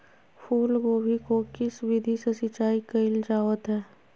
फूलगोभी को किस विधि से सिंचाई कईल जावत हैं?